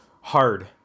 hard